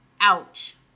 Ouch